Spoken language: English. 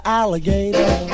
alligator